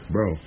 Bro